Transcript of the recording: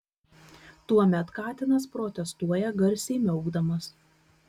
tuomet katinas protestuoja garsiai miaukdamas